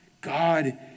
God